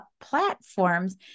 platforms